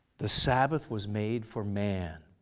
the sabbath was made for man,